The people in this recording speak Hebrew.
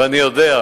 ואני יודע,